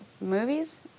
movies